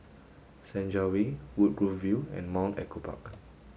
Senja Way Woodgrove View and Mount Echo Park